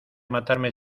matarme